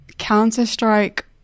Counter-Strike